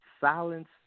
Silence